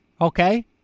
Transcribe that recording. Okay